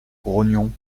grognon